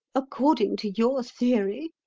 according to your theory,